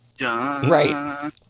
Right